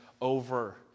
over